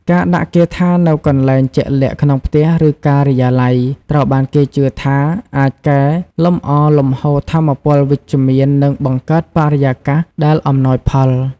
ការដាក់គាថានៅកន្លែងជាក់លាក់ក្នុងផ្ទះឬការិយាល័យត្រូវបានគេជឿថាអាចកែលម្អលំហូរថាមពលវិជ្ជមាននិងបង្កើតបរិយាកាសដែលអំណោយផល។